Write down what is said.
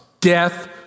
death